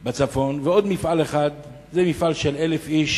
בצפון, עוד מפעל אחד, מפעל של 1,000 איש